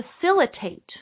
facilitate